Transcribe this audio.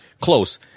close